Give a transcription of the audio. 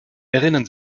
erinnern